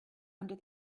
under